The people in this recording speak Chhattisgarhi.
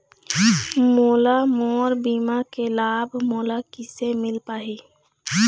मोला मोर बीमा के लाभ मोला किसे मिल पाही?